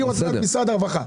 אני רוצה לשמוע את משרד הרווחה.